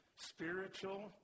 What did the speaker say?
spiritual